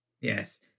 Yes